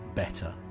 better